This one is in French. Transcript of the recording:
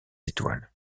étoiles